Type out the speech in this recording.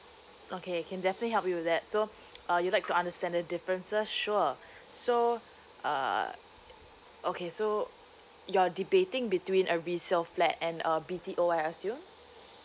okay can definitely help you with that so uh you'd like to understand the differences sure so uh okay so you're debating between a resale flat and a B T O I assumed